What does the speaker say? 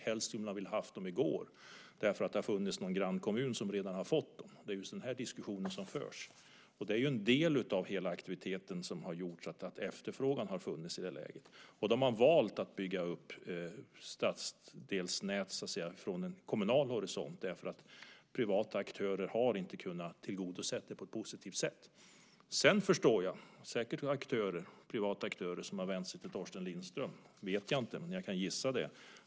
Helst hade man velat ha dem i går eftersom det har funnits någon grannkommun som redan har fått dem. Det är den diskussionen som förs. Det är en del av hela aktiviteten som har gjort att efterfrågan har funnits i det läget. Då har man valt att bygga upp stadsdelsnät från en kommunal horisont. Privata aktörer har inte kunnat tillgodose det på ett positivt sätt. Jag förstår att det säkert finns privata aktörer som har vänt sig till Torsten Lindström. Jag vet inte, men jag kan gissa det.